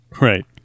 Right